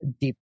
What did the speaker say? deep